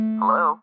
Hello